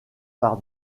par